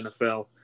NFL